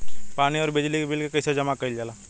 पानी और बिजली के बिल कइसे जमा कइल जाला?